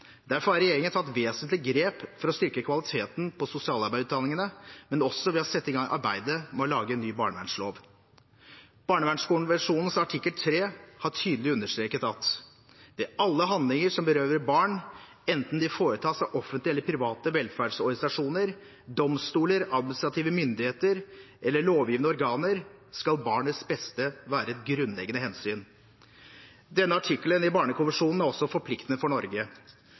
Derfor har regjeringen tatt vesentlige grep for å styrke kvaliteten på sosialarbeiderutdanningene, men også ved å sette i gang arbeidet med å lage en ny barnevernslov. Barnekonvensjonens artikkel 3 har tydelig understreket: «Ved alle handlinger som berører barn, enten de foretas av offentlige eller private velferdsorganisasjoner, domstoler, administrative myndigheter eller lovgivende organer, skal barnets beste være et grunnleggende hensyn.» Denne artikkelen i barnekonvensjonen er også forpliktende for Norge.